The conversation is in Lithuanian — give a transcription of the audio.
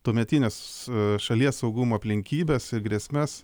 tuometines šalies saugumo aplinkybes ir grėsmes